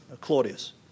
Claudius